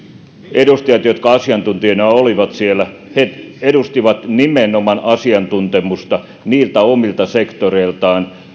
edustajat jotka asiantuntijoina olivat siellä edustivat nimenomaan asiantuntemusta niiltä omilta sektoreiltaan